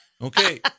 Okay